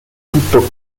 tutto